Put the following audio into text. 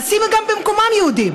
אז שימי גם במקומם יהודים,